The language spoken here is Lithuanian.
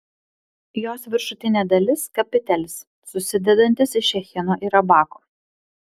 jos viršutinė dalis kapitelis susidedantis iš echino ir abako